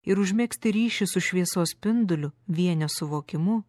ir užmegzti ryšį su šviesos spinduliu vienio suvokimu